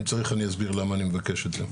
אם צריך אני אסביר למה אני מבקש את זה.